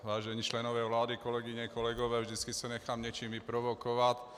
Vážení členové vlády, kolegyně, kolegové, vždycky se nechám něčím vyprovokovat.